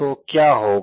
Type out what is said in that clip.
तो क्या होगा